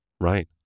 Right